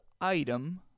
Item